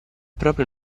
proprio